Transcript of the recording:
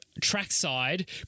trackside